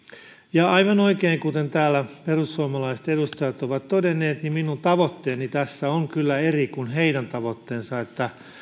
ja aivan oikein kuten täällä perussuomalaiset edustajat ovat todenneet minun tavoitteeni tässä on kyllä eri kuin heidän tavoitteensa